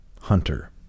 Hunter